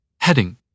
Heading